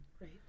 Right